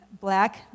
black